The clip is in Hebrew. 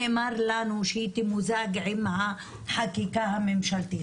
נאמר לנו שהיא תמוזג עם החקיקה הממשלתית.